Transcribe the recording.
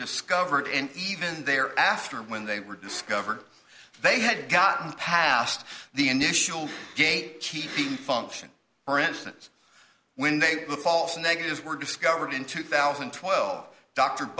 discovered and even there after when they were discovered they had gotten past the initial gate keeping function for instance when they the false negatives were discovered in two thousand and twelve dr